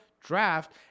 draft